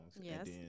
Yes